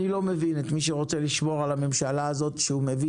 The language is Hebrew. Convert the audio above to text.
אני לא מבין את מי שרוצה לשמור על הממשלה הזאת שהוא מביא